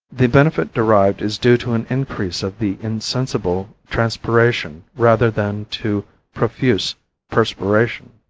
the benefit derived is due to an increase of the insensible transpiration rather than to profuse perspiration.